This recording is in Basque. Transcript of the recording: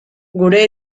gure